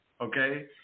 okay